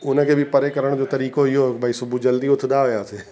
हुन खे बि परे करण जो तरीक़ो इहो भई सुबुह जो जल्दी उथंदा हुआसीं